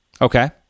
Okay